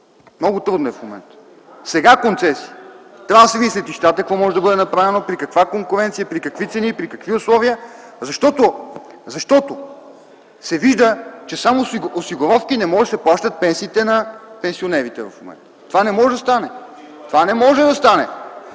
много трудна в момента. Сега концесиите: трябва да се види с летищата какво може да бъде направено, при каква конкуренция, при какви цени и при какви условия, защото се вижда, че само с осигуровки не могат да се плащат пенсиите на пенсионерите в момента. Това не може да стане в момента.